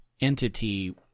entity